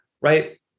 right